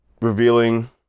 revealing